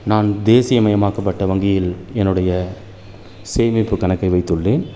நான் தேசியமயமாக்கப்பட்ட வங்கியில் என்னுடைய சேமிப்பு கணக்கை வைத்துள்ளேன்